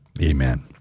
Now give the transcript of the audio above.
Amen